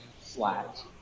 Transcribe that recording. flat